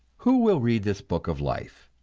who will read this book of life?